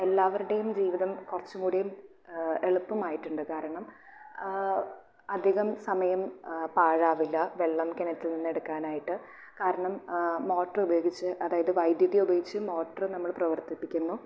എല്ലാവരുടെയും ജീവിതം കുറച്ചു കൂടി എളുപ്പമായിട്ടുണ്ട് കാരണം അധികം സമയം പാഴാവില്ല വെള്ളം കിണറ്റിൽ നിന്ന് എടുക്കാനായിട്ട് കാരണം മോട്ടർ ഉപയോഗിച്ച് അതായത് വൈദ്യുതി ഉപയോഗിച്ച് മോട്ട്റ് നമ്മൾ പ്രവർത്തിപ്പിക്കുന്നു